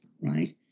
right